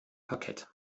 parkett